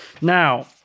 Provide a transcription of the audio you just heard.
Now